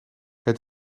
het